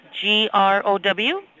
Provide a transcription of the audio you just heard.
G-R-O-W